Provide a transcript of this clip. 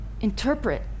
interpret